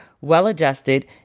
well-adjusted